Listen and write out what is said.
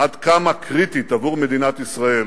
עד כמה קריטית עבור מדינת ישראל